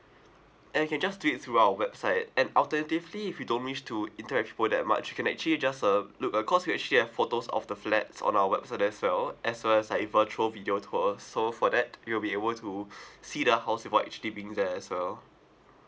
uh you can do it through our website and alternatively if you don't wish to interact with people that much you can actually just uh look uh because we actually have photos of the flats on our website as well as well as like a virtual video tour so for that you will be able to see the house without actually being there as well